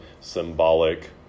symbolic